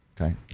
Okay